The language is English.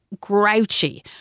grouchy